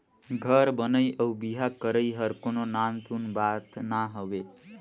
घर बनई अउ बिहा करई हर कोनो नान सून बात ना हवे